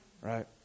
right